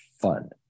fun